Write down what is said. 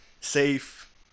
safe